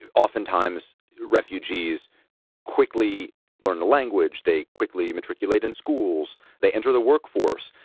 and oftentimes, refugees quickly learn the language. they quickly matriculate in schools, they enter the workforce.